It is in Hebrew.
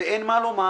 ואין מה לומר